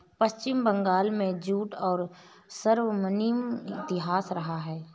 पश्चिम बंगाल में जूट का स्वर्णिम इतिहास रहा है